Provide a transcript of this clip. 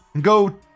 Go